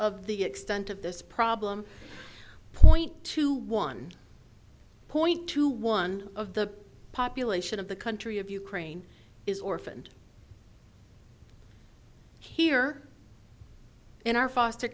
of the extent of this problem point to one point two one of the population of the country of ukraine is orphaned here in our foster